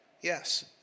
Yes